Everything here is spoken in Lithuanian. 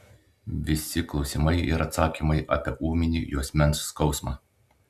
visi klausimai ir atsakymai apie ūminį juosmens skausmą